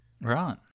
Right